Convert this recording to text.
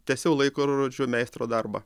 tęsiau laikrorodžių meistro darbą